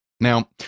Now